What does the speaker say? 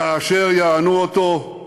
כאשר יענו אותו,